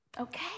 Okay